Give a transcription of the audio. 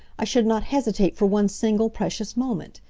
i should not hesitate for one single, precious moment.